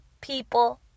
people